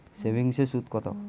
সেভিংসে সুদ কত?